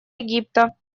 египта